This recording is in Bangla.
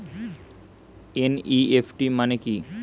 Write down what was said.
এন.ই.এফ.টি মানে কি?